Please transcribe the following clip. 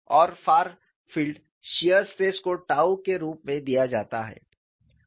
और far field shear stress को tau के रूप में दिया जाता है